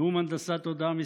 נאום הנדסת התודעה מס'